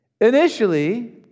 Initially